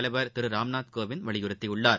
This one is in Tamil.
தலைவர் திரு ராம்நாத் கோவிந்த் வலியுறுத்தியுள்ளார்